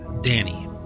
Danny